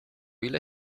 ile